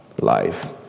life